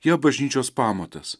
jie bažnyčios pamatas